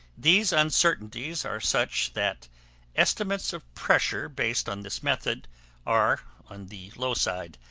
these uncertainties are such that estimates of pressure based on this method are on the low side,